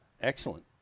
excellent